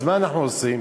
אז מה אנחנו עושים?